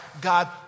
God